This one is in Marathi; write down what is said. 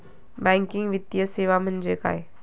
बँकिंग वित्तीय सेवा म्हणजे काय?